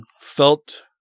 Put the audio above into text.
felt